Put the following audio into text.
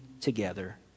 together